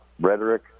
rhetoric